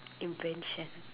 invention